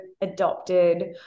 adopted